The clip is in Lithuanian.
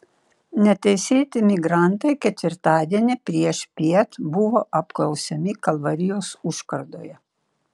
neteisėti migrantai ketvirtadienį priešpiet buvo apklausiami kalvarijos užkardoje